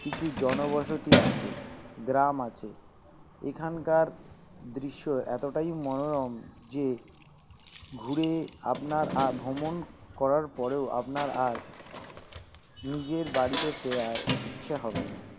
কিছু জনবসতি আছে গ্রাম আছে এখানকার দৃশ্য এতটাই মনোরম যে ঘুরে আপনার আর ভ্রমণ করার পরেও আপনার আর নিজের বাড়িতে ফেরার ইচ্ছা হবে না